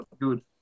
good